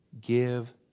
give